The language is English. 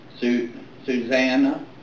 Susanna